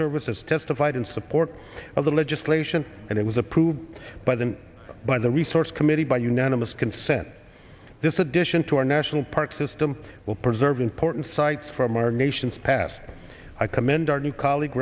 service has testified in support of the legislation and it was approved by them by the resorts committee by unanimous consent this addition to our national park system will preserve important sites from our nation's past and i commend our new colleague